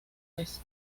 vez